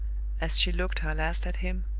as she looked her last at him,